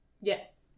Yes